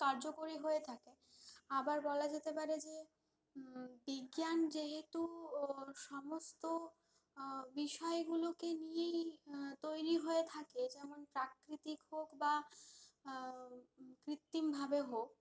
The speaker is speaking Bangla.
কার্যকরী হয়ে থাকে আবার বলা যেতে পারে যে বিজ্ঞান যেহেতু ও সমস্ত বিষয়গুলোকে নিয়েই তৈরি হয়ে থাকে যেমন প্রাকৃতিক হোক বা কৃত্রিমভাবে হোক